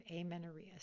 amenorrhea